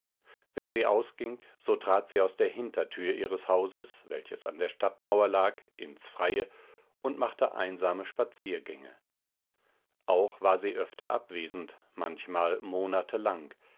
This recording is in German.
wenn sie ausging so trat sie aus der hintertür ihres hauses welches an der stadtmauer lag ins freie und machte einsame spaziergänge auch war sie öfter abwesend manchmal monatelang